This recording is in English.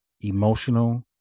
emotional